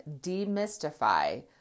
demystify